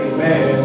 Amen